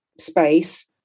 space